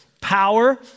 power